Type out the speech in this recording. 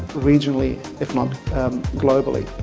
regionally if not globally.